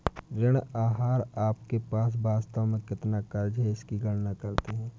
ऋण आहार आपके पास वास्तव में कितना क़र्ज़ है इसकी गणना करते है